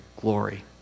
glory